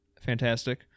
Fantastic